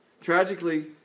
Tragically